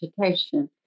Education